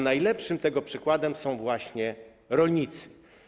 Najlepszym tego przykładem są właśnie rolnicy.